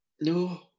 No